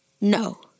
No